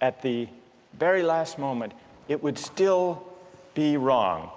at the very last moment it would still be wrong